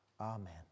Amen